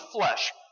flesh